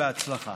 בהצלחה.